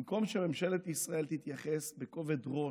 במקום שממשלת ישראל תתייחס בכובד ראש,